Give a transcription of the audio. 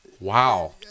wow